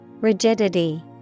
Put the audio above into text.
Rigidity